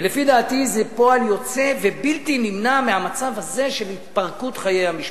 ולפי דעתי זה פועל יוצא ובלתי נמנע מהמצב הזה של התפרקות חיי המשפחה.